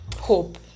hope